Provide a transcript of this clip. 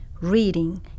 reading